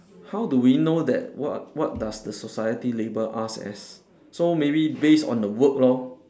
how do we know that what what does the society label us as so maybe based on the work lor